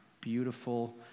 beautiful